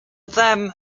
them